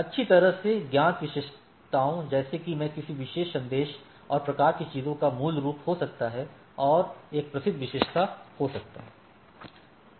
अच्छी तरह से ज्ञात विशेषताओं जैसे कि मैं किसी विशेष संदेश और प्रकार की चीजों का मूल हो सकता है और एक प्रसिद्ध विशेषता हो सकता हूं